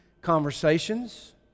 conversations